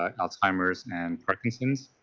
ah alzheimer's and parkinson's,